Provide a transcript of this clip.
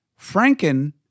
Franken